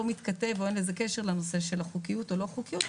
מתכתב או אין לזה קשר לנושא החוקיות או לא-חוקיות.